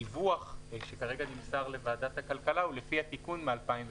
הדיווח שכרגע נמסר לוועדת הכלכלה הוא לפי התיקון מ-2017,